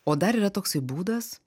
o dar yra toksai būdas